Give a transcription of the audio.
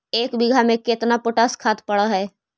एक बिघा में केतना पोटास खाद पड़ है?